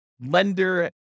lender